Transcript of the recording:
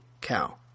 cow